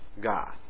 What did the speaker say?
God